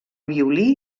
violí